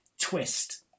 twist